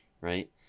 right